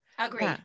Agree